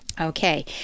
okay